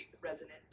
resonant